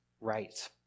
right